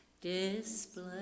display